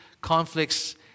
conflicts